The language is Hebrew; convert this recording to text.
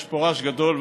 יש פה רעש גדול,